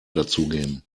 dazugeben